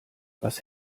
was